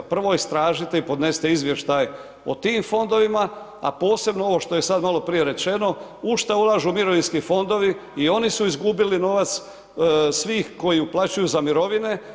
Prvo istražite i podnesite izvještaj o tim fondovima a posebno ovo što je sad malo prije rečeno u šta ulažu mirovinski fondovi i oni su izgubili novac svih koji uplaćuju za mirovine.